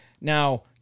Now